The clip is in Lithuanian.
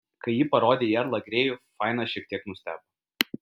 kai ji parodė į erlą grėjų fainas šiek tiek nustebo